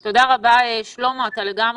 אתה לגמרי צודק.